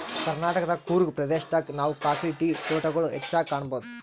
ಕರ್ನಾಟಕದ್ ಕೂರ್ಗ್ ಪ್ರದೇಶದಾಗ್ ನಾವ್ ಕಾಫಿ ಟೀ ತೋಟಗೊಳ್ ಹೆಚ್ಚಾಗ್ ಕಾಣಬಹುದ್